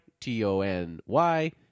T-O-N-Y